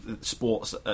sports